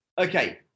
okay